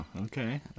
okay